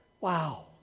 Wow